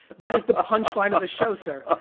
that is the punchline of this show sir. ah